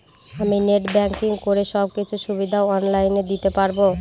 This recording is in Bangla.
আমি নেট ব্যাংকিং করে সব কিছু সুবিধা অন লাইন দিতে পারবো?